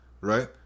right